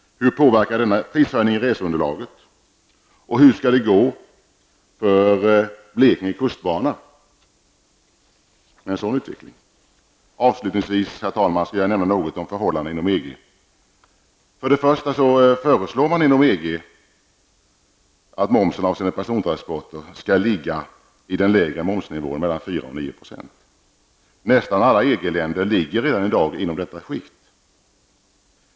Hur påverkar denna prishöjning reseunderlaget? Hur skall det gå för Blekinge kustbana med en sådan utveckling? Avslutningsvis, herr talman, skall jag nämna något om förhållandena inom EG. Först och främst föreslår man inom EG att momsen avseende persontransporter skall ligga i den lägre momsnivån mellan 4 och 9 %. Nästan alla EG-länder ligger redan i dag inom detta skikt.